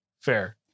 fair